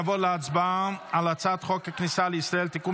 נעבור להצבעה על הצעת חוק הכניסה לישראל (תיקון